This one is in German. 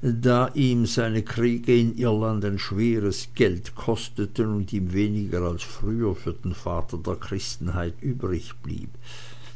da ihn seine kriege in irland ein schweres geld kosteten und ihm weniger als früher für den vater der christenheit